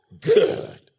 Good